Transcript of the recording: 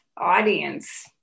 audience